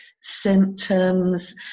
symptoms